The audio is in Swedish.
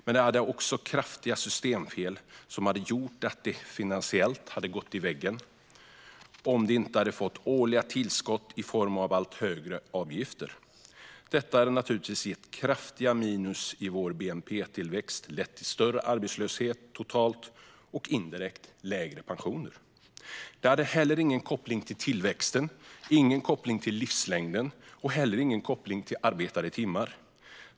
Men det hade också kraftiga systemfel som hade gjort att det finansiellt hade gått i väggen om det inte hade fått årliga tillskott i form av allt högre avgifter. Detta hade naturligtvis gett ett kraftigt minus i vår bnp-tillväxt och lett till större arbetslöshet totalt och indirekt till lägre pensioner. Det hade heller ingen koppling till tillväxten, livslängden och arbetade timmar.